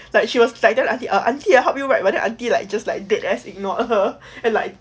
like she was like tell the auntie auntie I help you write but then the auntie like just like dead ass ignored her and like